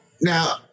Now